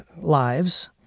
lives